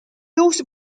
also